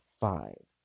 five